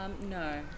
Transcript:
no